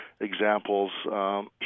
examples